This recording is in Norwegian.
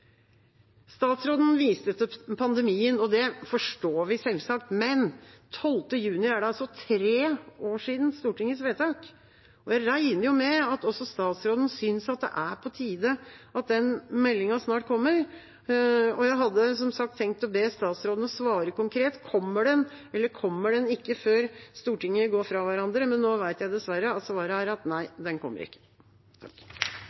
Statsråden viste til pandemien, og det forstår vi selvsagt, men 12. juni er det altså tre år siden Stortingets vedtak. Jeg regner med at også statsråden synes det er på tide at den meldinga snart kommer. Jeg hadde som sagt tenkt å be statsråden svare konkret på: Kommer den, eller kommer den ikke før Stortinget går fra hverandre? Men nå vet jeg dessverre at svaret er nei,